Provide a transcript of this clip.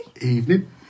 Evening